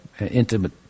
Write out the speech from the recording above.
intimate